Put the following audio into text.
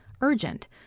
urgent